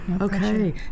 Okay